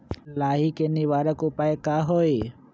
लाही के निवारक उपाय का होई?